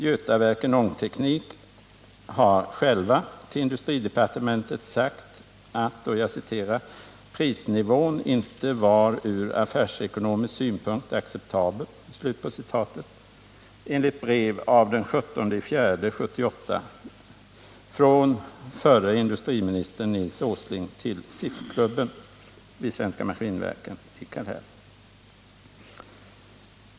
Götaverken Ångtekniks representanter har själva till industridepartementet uttalat att ”prisnivån inte var ur affärsekonomisk synpunkt acceptabel”, enligt brev av den 17 april 1978 från förre industriministern Nils Åsling till SIF-klubben vid Svenska Maskinverken i Kallhäll.